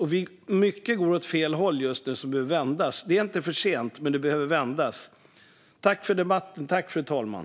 Mycket går just nu åt fel håll och behöver vändas. Det är inte för sent, men det behöver vändas. Tack för debatten!